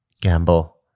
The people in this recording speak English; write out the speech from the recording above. gamble